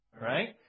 right